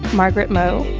margaret moe,